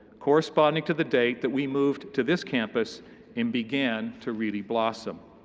corresponding to the date that we moved to this campus and began to really blossom.